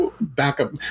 backup